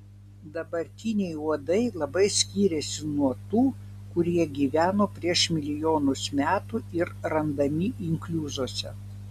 dabartiniai uodai labai skiriasi nuo tų kurie gyveno prieš milijonus metų ir randami inkliuzuose